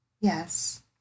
Yes